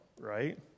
right